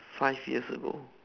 five years ago